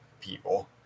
people